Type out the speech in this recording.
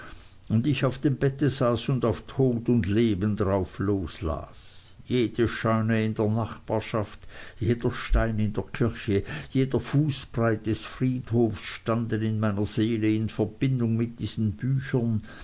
und ich auf dem bette saß und auf tod und leben drauf los las jede scheune in der nachbarschaft jeder stein in der kirche jeder fußbreit des friedhofs standen in meiner seele in verbindung mit diesen büchern